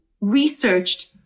researched